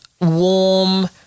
warm